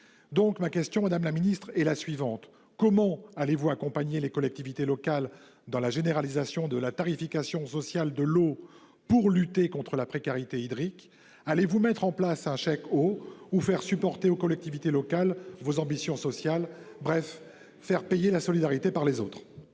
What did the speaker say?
cet oubli. Madame la secrétaire d'État, comment allez-vous accompagner les collectivités locales dans la généralisation de la tarification sociale de l'eau pour lutter contre la précarité hydrique ? Allez-vous mettre en place un chèque eau ou faire supporter aux collectivités locales vos ambitions sociales, bref, faire payer la solidarité par les autres ?